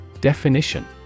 Definition